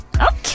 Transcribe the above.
Okay